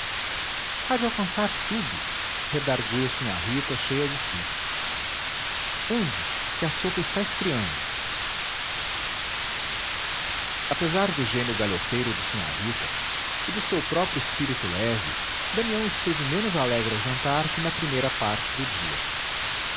há de alcançar tudo redargüiu sinhá rita cheia de si ande que a sopa está esfriando apesar do gênio galhofeiro de sinhá rita e do seu próprio espírito leve damião esteve menos alegre ao jantar que na primeira parte do dia